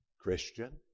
Christian